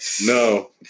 No